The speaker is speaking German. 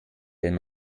wenn